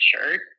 shirt